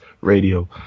Radio